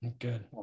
Good